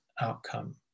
outcome